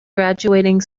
graduating